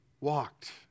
walked